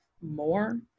more